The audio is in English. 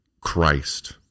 Christ